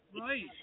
Right